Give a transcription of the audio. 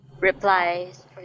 replies